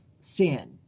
sin